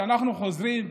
כשאנחנו חוזרים,